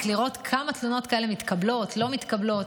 ולראות כמה תלונות כאלה מתקבלות או לא מתקבלות.